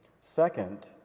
Second